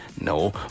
no